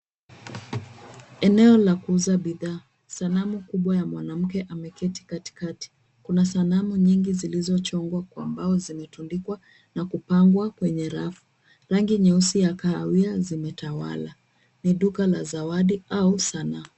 Eneo la kuuza bidhaa. Sanamu kubwa ya mwanamke ameketi katikati. Kuna sanamu nyingi zilizochongwa kwa mbao zimetundikwa na kupangwa kwenye rafu. Rangi nyeusi ya kahawia zimetawala. Ni duka la zawadi au sanaa.